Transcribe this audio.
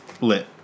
Lit